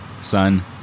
Son